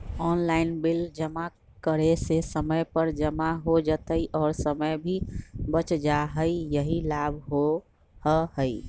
Online bill जमा करे से समय पर जमा हो जतई और समय भी बच जाहई यही लाभ होहई?